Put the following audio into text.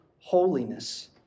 holiness